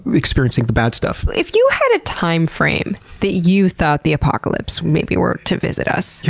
experiencing the bad stuff. if you had a timeframe, that you thought the apocalypse maybe were to visit us, yeah